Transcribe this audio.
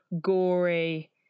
gory